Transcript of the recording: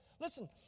Listen